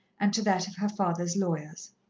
and to that of her father's lawyers.